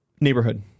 neighborhood